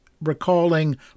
recalling